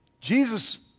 Jesus